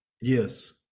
Yes